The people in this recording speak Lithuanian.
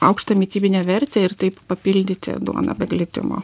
aukštą mitybinę vertę ir taip papildyti duoną be glitimo